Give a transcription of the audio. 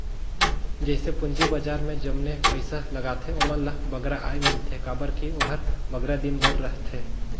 जइसे पूंजी बजार में जमने पइसा लगाथें ओमन ल बगरा आय मिलथे काबर कि ओहर बगरा दिन बर रहथे